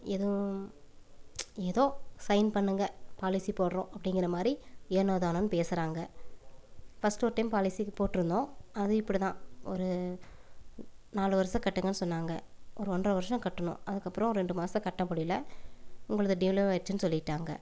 எதுவும் ஏதோ சைன் பண்ணுங்க பாலிசி போடுறோம் அப்படிங்கிற மாதிரி ஏனோ தானோன்னு பேசுகிறாங்க ஃபர்ஸ்ட்டு ஒரு டைம் பாலிசிக்கு போட்டுருந்தோம் அதுவும் இப்படி தான் ஒரு நாலு வருடம் கட்டுங்கன்னு சொன்னாங்க ஒரு ஒன்றை வருஷம் கட்டினோம் அதுக்கப்புறம் ரெண்டு மாதம் கட்ட முடியலை உங்களுது டிலோ ஆகிருச்சுன்னு சொல்லிவிட்டாங்க